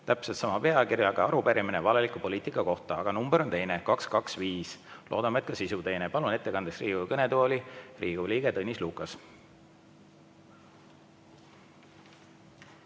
täpselt sama peakirjaga arupärimine – valeliku poliitika kohta –, aga number on teine, 225. Loodame, et ka sisu on teine. Palun ettekandeks Riigikogu kõnetooli Riigikogu liikme Tõnis Lukase.